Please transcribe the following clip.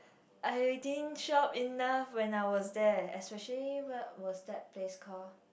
I didn't shop enough when I was there especially what was that place call